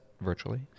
virtually